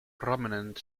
prominent